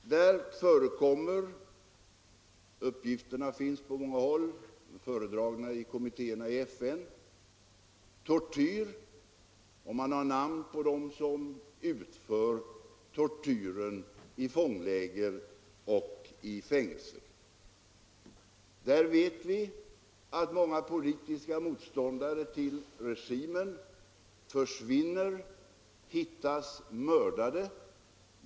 Där förekommer tortyr — uppgifterna finns på många håll och är 18 november 1975 även föredragna i kommittéerna i FN. Man har namn på dem som utfört tortyren i fångläger och i fängelser. Vi vet att många politiska motståndare Om uttalande mot till regimen försvinner och hittas mördade.